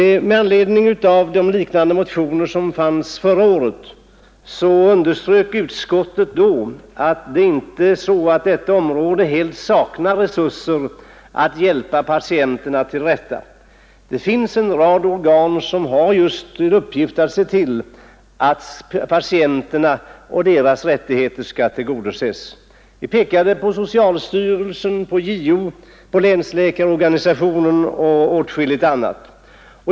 Med anledning av de liknande motioner som förelåg förra året beträffande vårdombudsmannafrågan underströk utskottet då att man inte helt saknar resurser att hjälpa patienterna till rätta. Det finns en rad organ som har till uppgift just att vaka över att patienternas rättigheter tas till vara. Vi pekade på socialstyrelsen, JO, länsläkarorganisationen och åtskilligt annat.